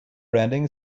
branding